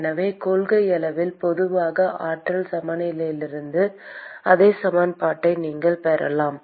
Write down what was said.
எனவே கொள்கையளவில் பொதுவான ஆற்றல் சமநிலையிலிருந்தும் அதே சமன்பாட்டை நீங்கள் பெறலாம்